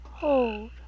Hold